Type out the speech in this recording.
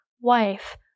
wife